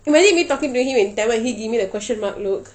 imagine me talking to him in tamil he give me the question mark look